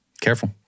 Careful